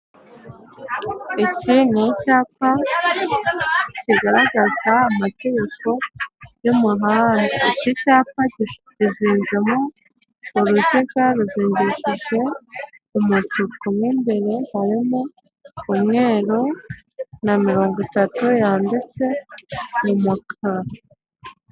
Iki ni icyapa kigaragaza amategeko yumuhanda iki cyapa gifite uruziga umutuku mwimbere umweru na miringo itatu yanditse mu mukara.